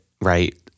right